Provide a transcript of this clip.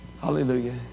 hallelujah